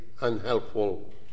unhelpful